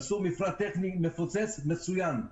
עשו מפרט טכני מפוצץ, מצוין.